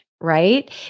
right